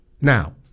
now